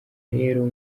rero